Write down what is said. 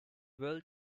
world